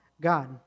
God